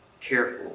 careful